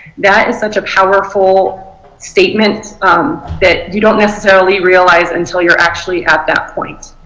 that is such a powerful statement um that you don't necessarily realize until you are actually at that point.